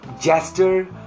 jester